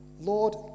Lord